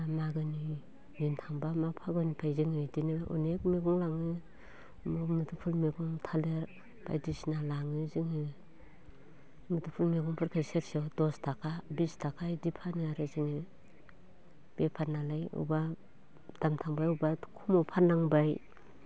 मागोनि दिन थांब्ला माग फागुन फैयो बिदिनो अनेख मैगं लाङो मुदुमफुल मैगं थालिर बायदिसिना लाङो जोङो मुदुमफुल मैगंफोरखो सेरसेयाव दस थाखा बिस थाखा इदि फानो आरो जोङो बेफारनालाय अबबा दाम थांबाय अबबा खमाव फाननांबाय